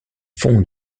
fondent